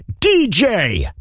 DJ